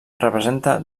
representa